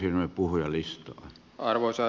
arvoisa herra puhemies